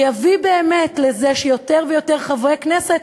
שיביא באמת לזה שיותר ויותר חברי כנסת